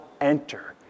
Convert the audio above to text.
enter